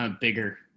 Bigger